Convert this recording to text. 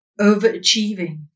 overachieving